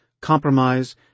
compromise